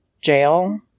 jail